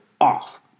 off